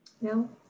No